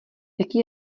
jaký